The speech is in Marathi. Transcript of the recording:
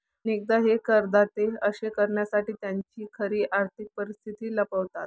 अनेकदा हे करदाते असे करण्यासाठी त्यांची खरी आर्थिक परिस्थिती लपवतात